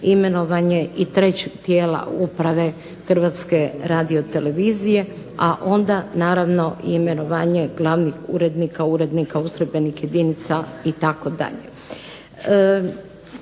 imenovanje i trećeg tijela uprave Hrvatske radiotelevizije a onda naravno imenovanje glavnih urednika, urednika ustrojbenih jedinica itd.